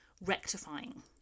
rectifying